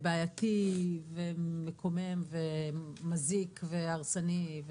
בעייתי ומקומם ומזיק והרסני,